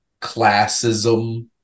classism